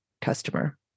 customer